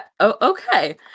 okay